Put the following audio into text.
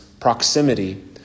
proximity